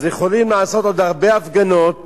יכולים לעשות עוד הרבה הפגנות